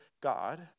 God